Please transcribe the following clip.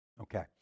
Okay